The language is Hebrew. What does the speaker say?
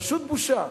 פשוט בושה.